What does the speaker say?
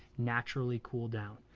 naturally cool down.